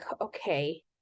okay